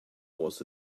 was